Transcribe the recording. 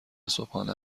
صبحانه